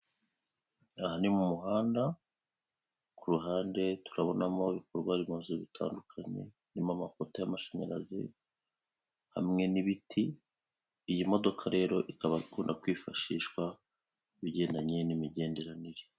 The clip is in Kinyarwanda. Aha ni mu muhanda ku ruhande turabonamo ibikorwaremezo bitandukanye birimo amapoto y'amashanyarazi hamwe n'ibiti, iyi modoka rero ikaba ikunda kwifashishwa mu bigendanye n'imigenderanire.